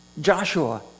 Joshua